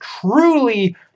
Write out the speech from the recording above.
truly